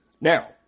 now